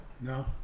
No